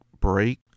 break